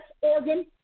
organ